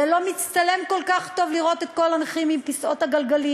זה לא מצטלם כל כך טוב לראות את כל הנכים עם כיסאות הגלגלים,